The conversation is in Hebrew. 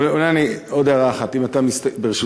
אולי עוד הערה אחת, ברשותך: